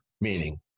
meaning